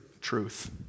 Truth